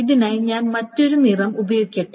ഇതിനായി ഞാൻ മറ്റൊരു നിറം ഉപയോഗിക്കട്ടെ